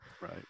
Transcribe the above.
Right